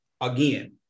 again